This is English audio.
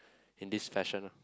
in this fashion lah